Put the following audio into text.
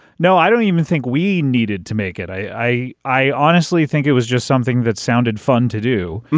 no i don't even think we needed to make it. i i honestly think it was just something that sounded fun to do.